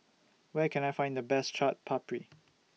Where Can I Find The Best Chaat Papri